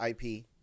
IP